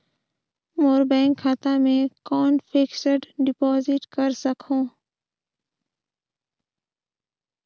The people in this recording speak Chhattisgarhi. मोर बैंक खाता मे कौन फिक्स्ड डिपॉजिट कर सकहुं?